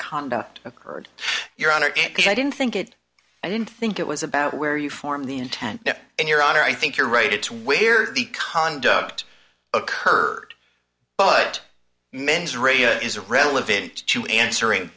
conduct occurred your honor i didn't think it i didn't think it was about where you form the intent and your honor i think you're right it's where the conduct occurred but mens radio is relevant to answering